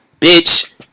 bitch